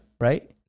Right